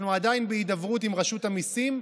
אנחנו עדיין בהידברות עם רשות המיסים,